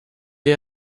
est